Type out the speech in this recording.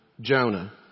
Jonah